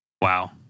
Wow